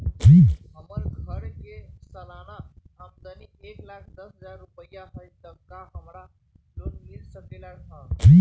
हमर घर के सालाना आमदनी एक लाख दस हजार रुपैया हाई त का हमरा लोन मिल सकलई ह?